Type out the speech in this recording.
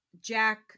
jack